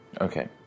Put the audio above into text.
Okay